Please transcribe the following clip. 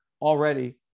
already